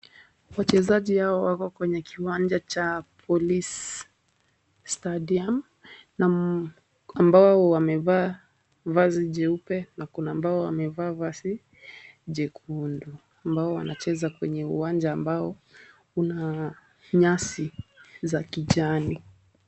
Wachezaji hawa wako kwenye kiwanja cha Police Stadium na ambao wamevaa vazi jeupe na kuna ambao wamevaa vazi jekundu ambao wanacheza kwenye uwanja ambao una nyasi za kijani.